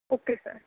okay sir